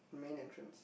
main entrance